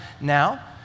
now